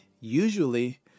Usually